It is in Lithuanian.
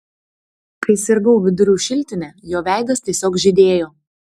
kai sirgau vidurių šiltine jo veidas tiesiog žydėjo